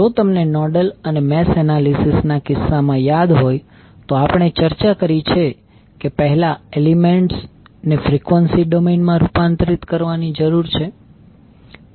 જો તમને નોડલ અને મેશ એનાલિસિસ ના કિસ્સામાં યાદ હોય તો આપણે ચર્ચા કરી છે કે પહેલા એલિમેન્ટ્સ ને ફ્રીક્વન્સી ડોમેઈન માં રૂપાંતરિત કરવાની જરૂર છે